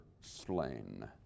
slain